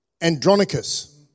andronicus